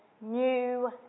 new